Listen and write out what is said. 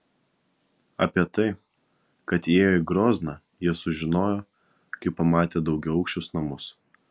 apie tai kad įėjo į grozną jie sužinojo kai pamatė daugiaaukščius namus